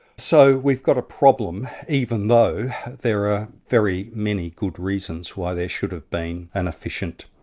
so we've got a problem, even though there are very many good reasons why there should have been an efficient,